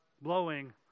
blowing